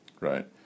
right